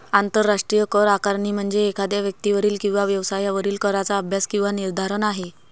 आंतरराष्ट्रीय करआकारणी म्हणजे एखाद्या व्यक्तीवरील किंवा व्यवसायावरील कराचा अभ्यास किंवा निर्धारण आहे